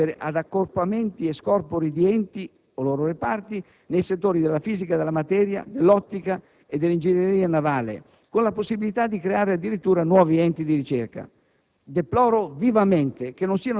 che consente al Governo di procedere ad accorpamenti e scorpori di enti, o di loro reparti, nei settori della fisica della materia, dell'ottica e dell'ingegneria navale, con la possibilità di creare addirittura nuovi enti di ricerca.